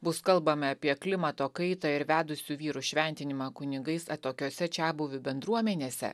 bus kalbama apie klimato kaitą ir vedusių vyrų šventinimą kunigais atokiose čiabuvių bendruomenėse